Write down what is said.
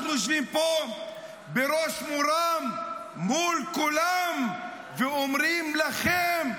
אנחנו יושבים פה בראש מורם מול כולם ואומרים לכם: